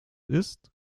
ist